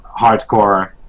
hardcore